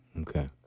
okay